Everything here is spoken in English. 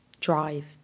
drive